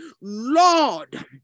Lord